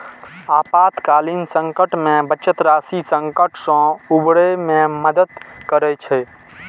आपातकालीन संकट मे बचत राशि संकट सं उबरै मे मदति करै छै